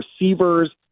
receivers